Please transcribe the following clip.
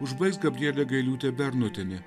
užbaigs gabrielė gailiūtė bernotienė